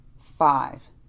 Five